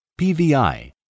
PVI